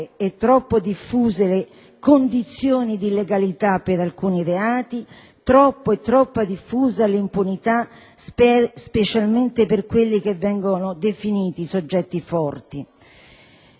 e troppo diffuse le condizioni di illegalità per alcuni reati, troppa e troppo diffusa è l'impunità, specialmente per quelli che vengono definiti i «soggetti forti».